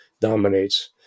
dominates